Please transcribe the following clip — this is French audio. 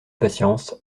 patience